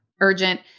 urgent